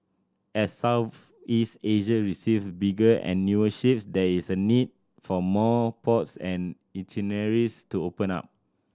as Southeast Asia receives bigger and newer ship there is a need for more ports and itineraries to open up